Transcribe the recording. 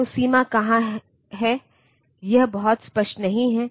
तो सीमा कहां है यह बहुत स्पष्ट नहीं है